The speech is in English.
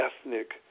ethnic